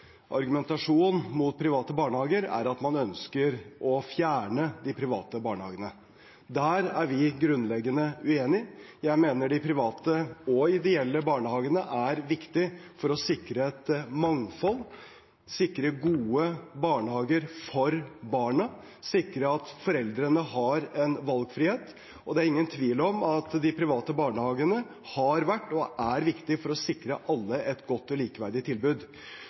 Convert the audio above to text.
mot private barnehager er at man ønsker å fjerne de private barnehagene. Der er vi grunnleggende uenige. Jeg mener de private – og de ideelle – barnehagene er viktig for å sikre et mangfold, sikre gode barnehager for barna og sikre at foreldrene har en valgfrihet. Og det er ingen tvil om at de private barnehagene har vært – og er – viktig for å sikre alle et godt og likeverdig tilbud.